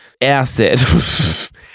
acid